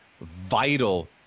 vital